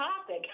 topic